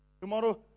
Tomorrow